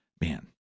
man